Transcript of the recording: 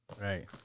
right